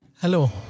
Hello